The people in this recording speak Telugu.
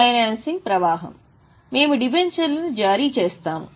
ఫైనాన్సింగ్ ప్రవాహం మేము డిబెంచర్లను జారీ చేస్తాము